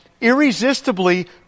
irresistibly